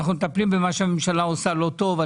אנחנו מטפלים במה שהממשלה עושה לא טוב.